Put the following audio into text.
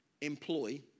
employ